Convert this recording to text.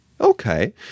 Okay